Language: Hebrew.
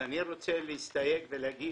אני רוצה להסתייג ולהגיד